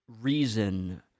reason